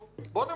בוא נמצה אותו.